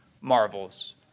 marvels